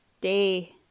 day